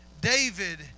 David